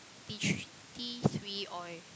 tea tree tea tree oil